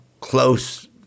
close